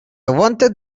wanted